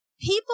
people